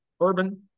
urban